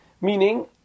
Meaning